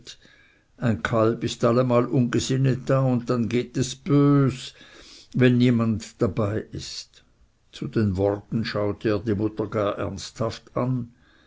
ist manchmal ungesinnet da und dann geht es bös wenn niemand dabei ist zu den worten schaute er die mutter gar ernsthaft an